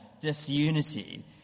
disunity